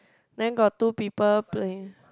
then got two people playing